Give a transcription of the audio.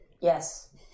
Yes